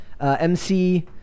MC